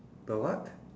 the what